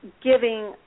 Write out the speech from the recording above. giving